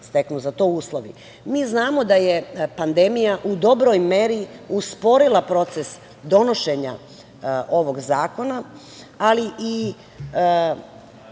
znamo da je pandemija u dobroj meri usporila proces donošenja ovog zakona, ali i